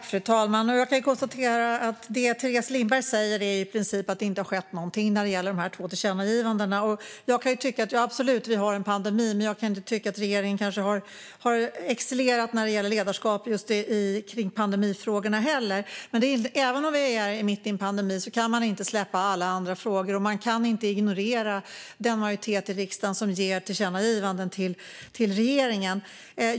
Fru talman! Jag kan konstatera att det som Teres Lindberg säger i princip är att det inte har skett någonting när det gäller de två tillkännagivandena. Ja, absolut, vi har en pandemi, man jag kan inte tycka att regeringen har excellerat heller när det gäller ledarskap just kring pandemifrågorna. Även om vi är mitt i en pandemi kan man inte släppa alla andra frågor, och man kan inte ignorera den majoritet i riksdagen som gör tillkännagivanden till regeringen.